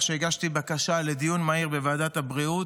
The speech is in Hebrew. שהגשתי בקשה לדיון מהיר בוועדת הבריאות,